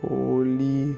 Holy